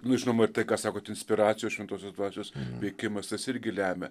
nu žinoma ir tai ką sakot inspiracijos šventosios dvasios veikimas tas irgi lemia